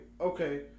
okay